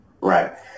Right